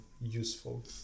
useful